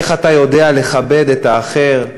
איך אתה יודע לכבד את האחר,